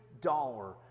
dollar